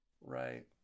right